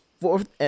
fourth